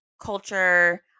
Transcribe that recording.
culture